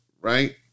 right